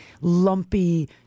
lumpy